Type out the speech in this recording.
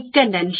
மிக்க நன்றி